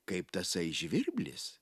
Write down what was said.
kaip tasai žvirblis